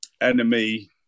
enemy